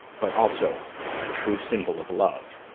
but also a true symbol of love,